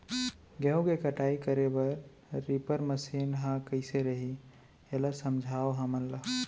गेहूँ के कटाई करे बर रीपर मशीन ह कइसे रही, एला समझाओ हमन ल?